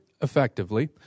effectively